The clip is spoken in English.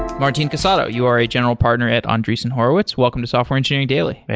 martin casado you are a general partner at andreessen horowitz. welcome to software engineering daily hey,